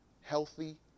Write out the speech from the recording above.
healthy